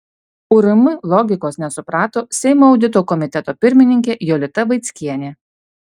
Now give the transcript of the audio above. urm logikos nesuprato seimo audito komiteto pirmininkė jolita vaickienė